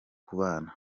kubana